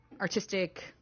Artistic